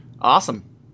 Awesome